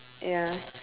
ya